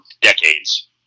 decades